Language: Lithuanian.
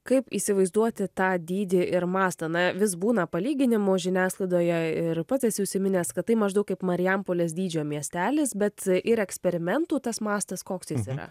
kaip įsivaizduoti tą dydį ir mastą na vis būna palyginimų žiniasklaidoje ir pats esi užsiminęs kad tai maždaug kaip marijampolės dydžio miestelis bet ir eksperimentų tas mastas koks jis yra